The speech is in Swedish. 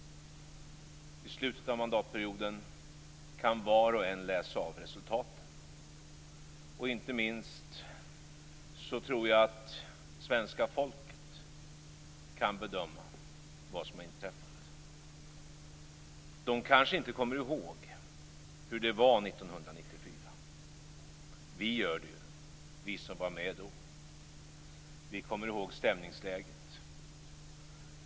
I slutet av mandatperioden kan var och en läsa av resultaten. Inte minst tror jag att svenska folket kan bedöma vad som har inträffat. Svenska folket kanske inte kommer ihåg hur det var 1994. Vi gör det ju - vi som var med då. Vi kommer ihåg stämningsläget.